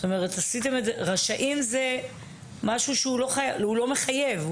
"רשאים" זה משהו שהוא לא מחייב.